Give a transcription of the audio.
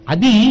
Adi